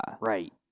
right